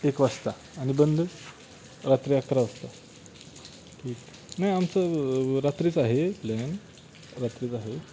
एक वाजता आणि बंद रात्री अकरा वाजता ठीक नाही आमचं रात्रीच आहे प्लॅन रात्रीच आहे